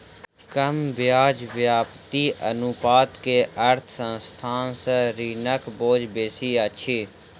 कम ब्याज व्याप्ति अनुपात के अर्थ संस्थान पर ऋणक बोझ बेसी अछि